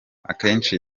akenshi